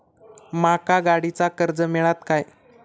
माका गाडीचा कर्ज मिळात काय?